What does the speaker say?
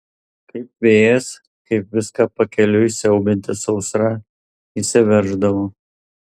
kaip vėjas kaip viską pakeliui siaubianti sausra įsiverždavo